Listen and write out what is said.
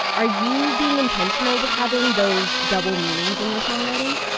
are you being intentional with having those double meanings in your songwriting?